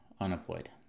unemployed